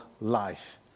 life